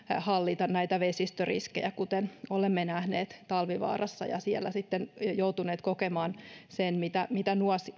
hallita näitä vesistöriskejä kuten olemme nähneet talvivaarassa ja siellä sitten joutuneet kokemaan sen mitä mitä